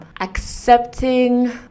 accepting